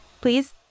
please